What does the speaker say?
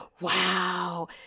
wow